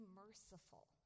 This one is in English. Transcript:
merciful